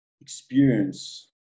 experience